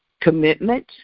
commitment